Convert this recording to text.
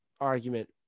argument